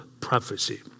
prophecy